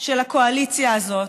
של הקואליציה הזאת,